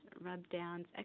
rub-downs